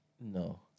No